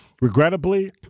regrettably